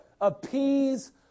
appease